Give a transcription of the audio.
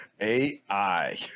AI